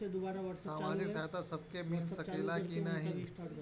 सामाजिक सहायता सबके मिल सकेला की नाहीं?